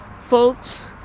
folks